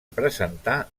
presentar